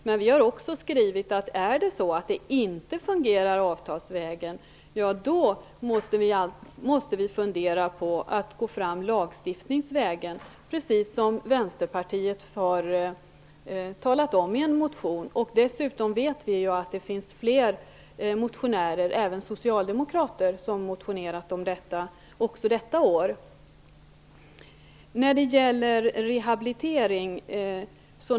Men vi skriver också att om det inte skulle fungera avtalsvägen, måste vi fundera på att gå fram lagstiftningsvägen, precis som Vänsterpartiet säger i en motion. Dessutom är det fler - även socialdemokrater - som också i år har motionerat om detta.